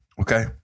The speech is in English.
Okay